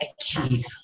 achieve